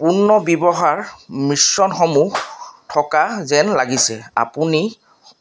পুনৰ্ব্যৱহাৰ মিশ্ৰণসমূহ থকা যেন লাগিছে আপুনি